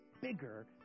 bigger